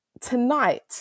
tonight